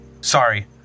Sorry